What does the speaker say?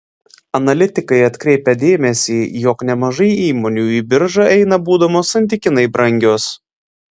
analitikai atkreipia dėmesį jog nemažai įmonių į biržą eina būdamos santykinai brangios